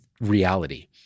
reality